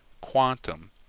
quantum